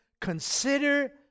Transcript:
consider